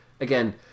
again